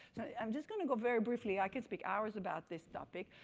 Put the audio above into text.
i'm just going to go very briefly, i could speak hours about this topic,